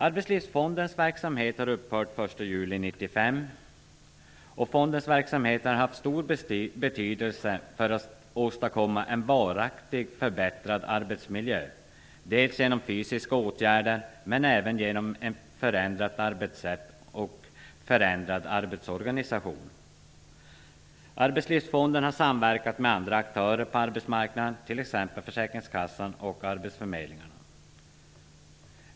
Arbetslivsfondens verksamhet har upphört från den 1 juli 1995. Fondens verksamhet har haft stor betydelse för att åstadkomma en varaktigt förbättrad arbetsmiljö, dels genom fysiska åtgärder, dels genom en förändrad arbetsrätt och förändrad arbetsorganisation. Arbetslivsfonden har samverkat med andra aktörer på arbetsmarknaden, t.ex. försäkringskassorna och arbetsförmedlingarna.